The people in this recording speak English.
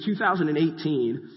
2018